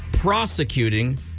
prosecuting